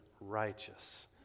righteous